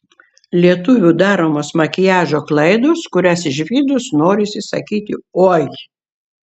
lietuvių daromos makiažo klaidos kurias išvydus norisi sakyti oi